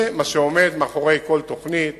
זה מה שעומד מאחורי כל תוכנית.